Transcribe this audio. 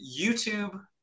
YouTube